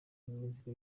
ministre